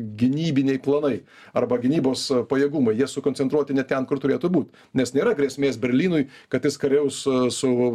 gynybiniai planai arba gynybos pajėgumai jie sukoncentruoti ne ten kur turėtų būt nes nėra grėsmės berlynui kad jis kariaus su